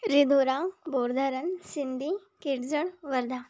Ridhora Bordharan Sindi Kelzar Wardha